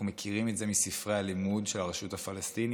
אנחנו מכירים את זה מספרי הלימוד של הרשות הפלסטינית.